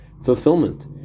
fulfillment